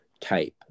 type